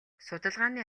судалгааны